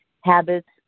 habits